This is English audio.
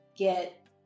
get